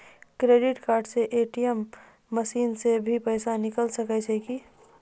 Credit card से ATM machine से भी पैसा निकल सकै छि का हो?